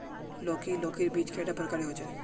लौकी लौकीर बीज कैडा प्रकारेर होचे?